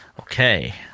Okay